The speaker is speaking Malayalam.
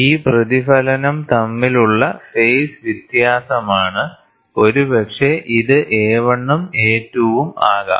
ഈ പ്രതിഫലനം തമ്മിലുള്ള ഫേസ് വ്യത്യാസമാണ് ഒരുപക്ഷേ ഇത് A1 ഉം A2 ഉം ആകാം